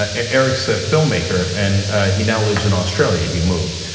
ah eric's a filmmaker, and he now lives in australia he moved.